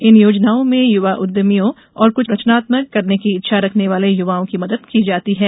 इन योजनाओं में युवा उद्यमियों और कुछ रवनात्मक करने की इच्छा रखने वाले युवाओं की मदद की जाती है